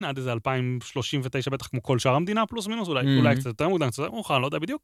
עד איזה 2039, בטח כמו כל שאר המדינה, פלוס מינוס, אולי קצת יותר מוקדם קצת יותר מאוחר, לא יודע בדיוק.